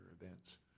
events